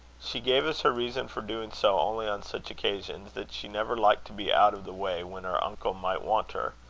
she gave as her reason for doing so only on such occasions, that she never liked to be out of the way when her uncle might want her.